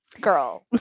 Girl